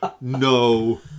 no